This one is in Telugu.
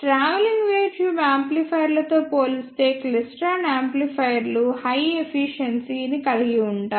ట్రావెలింగ్ వేవ్ ట్యూబ్ యాంప్లిఫైయర్లతో పోలిస్తే క్లైస్ట్రాన్ యాంప్లిఫైయర్లు హై ఎఫిషియెన్సీ ని కలిగి ఉంటాయి